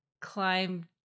Climb